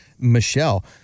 michelle